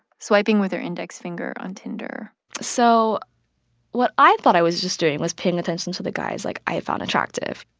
swiping with her index finger on tinder l so what i thought i was just doing was paying attention to the guys, like, i found attractive.